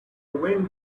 wind